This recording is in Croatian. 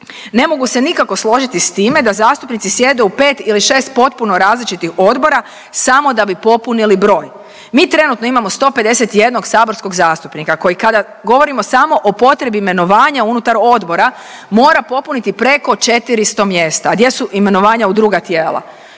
Ne mogu se nikako složiti s time da zastupnici sjede u 5 ili 6 potpuno različitih odbora, samo da bi popunili broj. Mi trenutno imamo 151 saborskog zastupnika koji kada govorimo samo o potrebi imenovanja unutar odbora, mora popuniti preko 400 mjesta. A gdje su imenovanja u druga tijela?